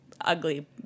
ugly